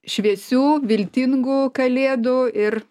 šviesių viltingų kalėdų ir